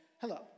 hello